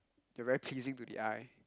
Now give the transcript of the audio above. they are very pleasing to the eye